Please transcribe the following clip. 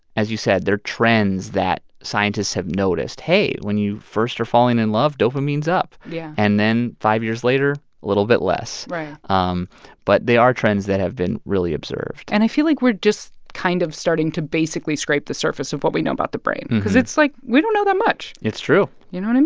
as you said, they're trends that scientists have noticed. hey, when you first are falling in love, dopamine is up. yeah. and then five years later, little bit less right um but they are trends that have been really observed and i feel like we're just kind of starting to basically scrape the surface of what we know about the brain cause it's, like, we don't know that much it's true you know what